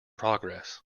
progress